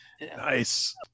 nice